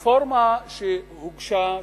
הרפורמה שהוגשה,